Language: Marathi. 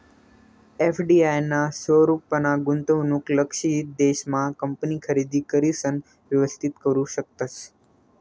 एफ.डी.आय ना स्वरूपमा गुंतवणूक लक्षयित देश मा कंपनी खरेदी करिसन व्यवस्थित करू शकतस